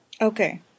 Okay